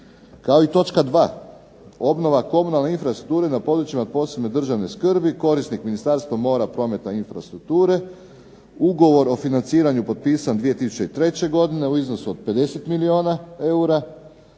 kao i točka 2. obnova komunalne infrastrukture na područjima od posebne državne skrbi, korisnik Ministarstvo mora, prometa i infrastrukture, ugovor o financiranju i potpisan 2003. godine u iznosu od 50 milijuna eura.